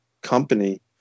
company